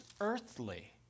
earthly